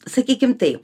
sakykim taip